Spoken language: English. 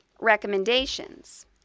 recommendations